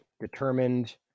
Determined